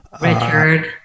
richard